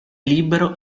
libero